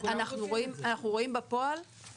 אנחנו עוברים לדיון בהצעת חוק לתיקון